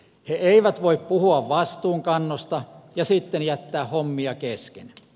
he eivät voi puhua vastuunkannosta ja sitten jättää hommia kesken